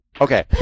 Okay